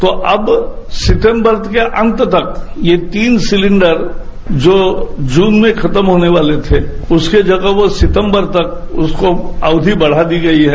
तो अब सितम्बर के ैन्त तक यह तीन सिलेंडर जो जून में खत्म होने वाले थे उसकी जगह वह सितम्बर तक उसको अवधी बढ़ा दी गई है